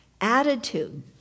Attitude